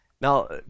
Now